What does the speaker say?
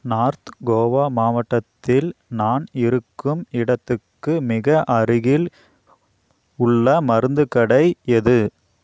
north Goa மாவட்டத்தில் நான் இருக்கும் இடத்துக்கு மிக அருகில் உள்ள மருந்துக் கடை எது